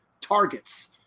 targets